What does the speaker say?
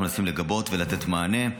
אנחנו מנסים לגבות ולתת מענה.